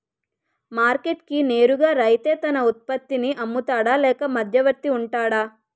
Market కి నేరుగా రైతే తన ఉత్పత్తి నీ అమ్ముతాడ లేక మధ్యవర్తి వుంటాడా?